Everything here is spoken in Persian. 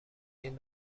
این